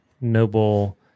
noble